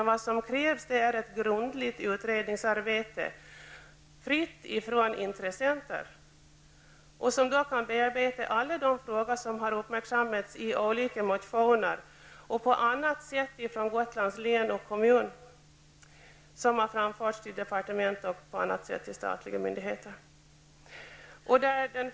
Vad som krävs är ett grundligt utredningsarbete, fritt från intressenter, som kan bearbeta alla de frågor som uppmärksammats i olika motioner och som från Gotlands län och kommun har framförts till departement och statliga myndigheter.